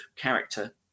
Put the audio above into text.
character